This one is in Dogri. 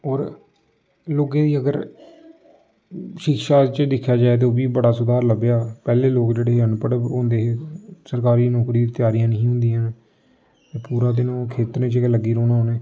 होर लोकें दी अगर शिक्षा च दिक्खेआ जाए ते ओह् बी बड़ा सुधार लब्भेआ पैह्ले लोक जेह्ड़े हे ते अनपढ़ होंदे हे सरकारी नौकरी दी त्यारियां निं ही होंदियां पूरा दिन ओह् खेतरें च गै लग्गी रौह्ना उ'नें